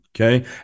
okay